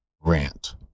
rant